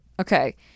Okay